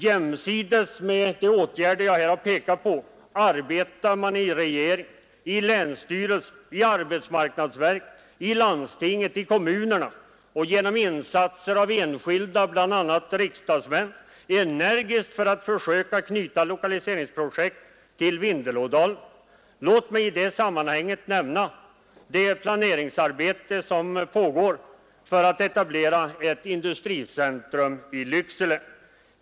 Jämsides med de åtgärder jag här pekat på arbetar man i regeringen, i länsstyrelsen, i arbetsmarknadsverket, i landstinget och i kommunerna samt genom insatser av enskilda, bl.a. riksdagsmän, energiskt för att försöka knyta lokaliseringsprojekt till Vindelådalen. Låt mig i detta sammanhang nämnda det planeringsarbete som pågår för att etablera ett industricentrum i Lycksele.